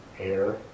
air